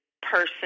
person